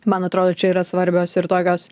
man atrodo čia yra svarbios ir tokios